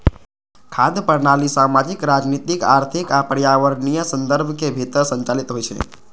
खाद्य प्रणाली सामाजिक, राजनीतिक, आर्थिक आ पर्यावरणीय संदर्भक भीतर संचालित होइ छै